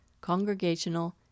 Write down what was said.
Congregational